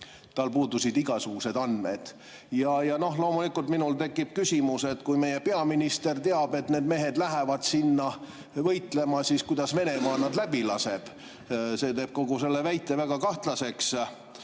selle kohta igasugused andmed. Loomulikult minul tekib küsimus, et kui meie peaminister teab, et need mehed lähevad sinna võitlema, siis kuidas Venemaa nad läbi laseb. See teeb kogu selle väite väga kahtlaseks,